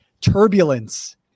turbulence